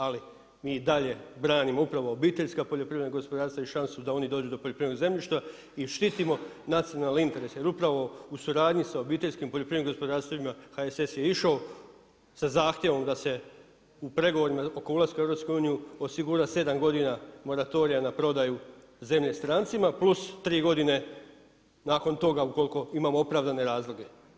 Ali mi i dalje branimo upravo OPG-ove i šansu da oni dođu do poljoprivrednog zemljišta i štitimo nacionalne interese jer upravo u suradnji sa obiteljskim poljoprivrednim gospodarstvima HSS je išao sa zahtjevom da se u pregovorima oko ulaska u EU osigura 7 godina moratorija na prodaju zemlje strancima plus 3 godine nakon toga ukoliko imamo opravdane razloge.